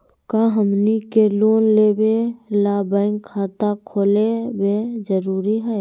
का हमनी के लोन लेबे ला बैंक खाता खोलबे जरुरी हई?